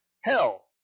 hell